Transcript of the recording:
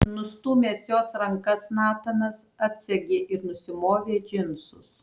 nustūmęs jos rankas natanas atsegė ir nusimovė džinsus